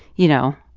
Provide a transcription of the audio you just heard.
you know,